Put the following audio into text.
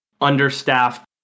understaffed